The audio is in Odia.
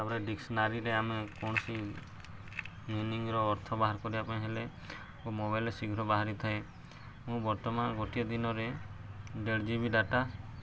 ତା'ପରେ ଡିକ୍ସନାରୀରେ ଆମେ କୌଣସି ମିିନିଙ୍ଗର ଅର୍ଥ ବାହାର କରିବା ପାଇଁ ହେଲେ ଓ ମୋବାଇଲରେ ଶୀଘ୍ର ବାହାରିଥାଏ ମୁଁ ବର୍ତ୍ତମାନ ଗୋଟିଏ ଦିନରେ ଦେଢ଼ ଜି ବି ଡାଟା